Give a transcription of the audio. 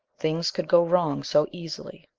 things could go wrong so easily.